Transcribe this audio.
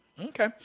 Okay